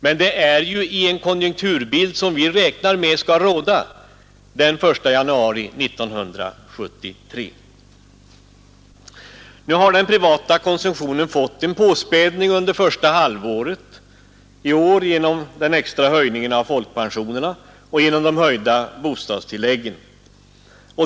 Det skall ju träda i kraft i en konjunkturbild som vi räknar med skall råda den 1 januari 1973. Nu har den privata konsumtionen fått en påspädning under första halvåret i år genom den extra höjningen av folkpensionerna och genom de höjda bostadstilläggen.